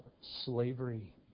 slavery